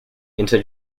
into